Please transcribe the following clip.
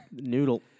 Noodle